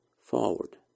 forward